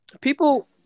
people